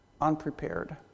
unprepared